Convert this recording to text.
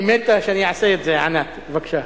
היא מתה שאני אעשה את זה, אנא בבקשה.